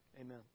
Amen